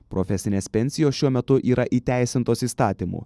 profesinės pensijos šiuo metu yra įteisintos įstatymu